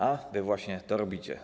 A wy właśnie to robicie.